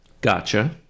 Gotcha